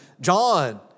John